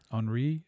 Henri